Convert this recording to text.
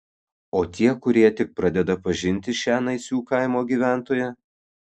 o tie kurie tik pradeda pažinti šią naisių kaimo gyventoją